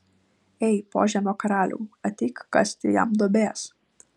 ei požemio karaliau ateik kasti jam duobės